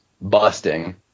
busting